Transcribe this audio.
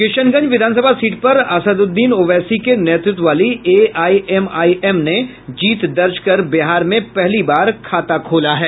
किशनगंज विधानसभा सीट पर असदउददीन औवेसी के नेतृत्व वाली एआईएमआईएम ने जीत दर्ज कर बिहार में पहली बार खाता खोला है